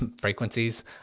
frequencies